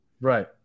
Right